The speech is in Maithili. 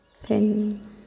फेन